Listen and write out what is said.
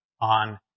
on